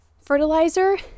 Fertilizer